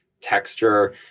texture